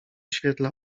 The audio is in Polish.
świetle